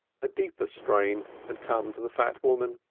a deeper strain had come to the fat woman.